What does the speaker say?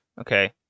Okay